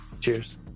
Cheers